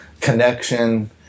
connection